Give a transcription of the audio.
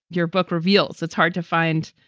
your book reveals it's hard to find.